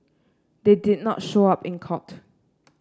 they did not show up in court